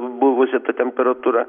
buvusi ta temperatūra